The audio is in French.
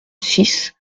six